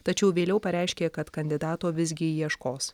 tačiau vėliau pareiškė kad kandidato visgi ieškos